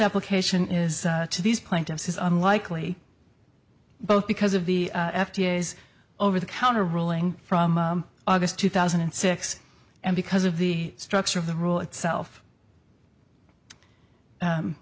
application is to these plaintiffs is unlikely both because of the f d a is over the counter ruling from august two thousand and six and because of the structure of the rule itself